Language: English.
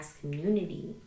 community